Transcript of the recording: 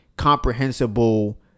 Comprehensible